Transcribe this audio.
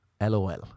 lol